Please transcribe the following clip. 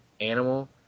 animal